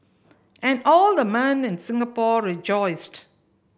and all the men in Singapore rejoiced